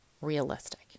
realistic